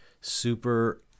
Super